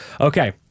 Okay